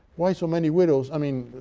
why so many widows? i mean,